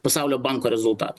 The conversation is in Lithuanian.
pasaulio banko rezultatų